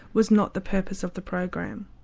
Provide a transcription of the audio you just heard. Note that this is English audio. was not the purpose of the program.